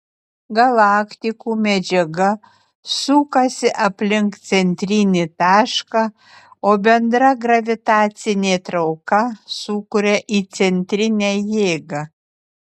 galaktikų medžiaga sukasi aplink centrinį tašką o bendra gravitacinė trauka sukuria įcentrinę jėgą